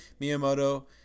Miyamoto